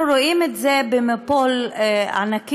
אנחנו רואים את זה במבול ענקי,